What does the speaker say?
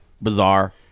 bizarre